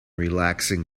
relaxing